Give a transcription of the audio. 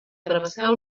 travessar